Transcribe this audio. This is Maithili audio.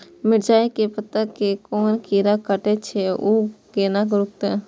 मिरचाय के पत्ता के कोन कीरा कटे छे ऊ केना रुकते?